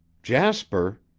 jasper,